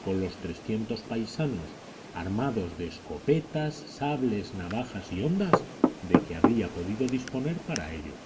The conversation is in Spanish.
con los trescientos paisanos armados de escopetas sables navajas y hondas de que habría podido disponer para ello